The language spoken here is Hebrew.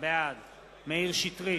בעד מאיר שטרית,